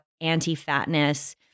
anti-fatness